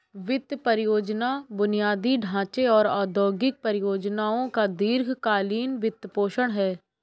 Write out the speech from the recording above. वित्त परियोजना बुनियादी ढांचे और औद्योगिक परियोजनाओं का दीर्घ कालींन वित्तपोषण है